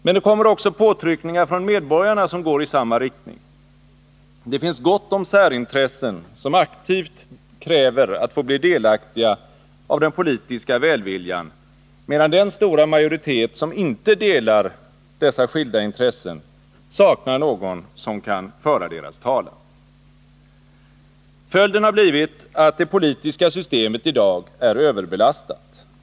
Men det kommer också påtryckningar från medborgarna som går i samma riktning. Det finns gott om särintressen, som aktivt kräver att få bli delaktiga av den politiska välviljan, medan den stora majoritet som inte delar dessa skilda intressen saknar någon som kan föra deras talan. Följden har blivit att det politiska systemet i dag är överbelastat.